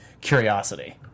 curiosity